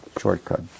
shortcut